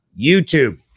YouTube